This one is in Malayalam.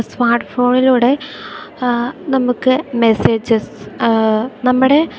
സ്മാർട്ട് ഫോണിലൂടെ നമുക്ക് മെസ്സേജസ് നമ്മുടെ